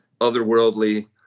otherworldly